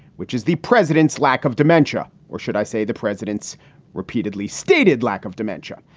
which is the president's lack of dementia, or should i say the president's repeatedly stated lack of dementia?